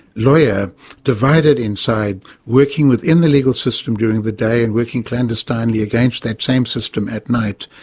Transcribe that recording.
lawyer divided inside, working within the legal system during the day, and working clandestinely against that same system at night.